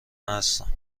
هستم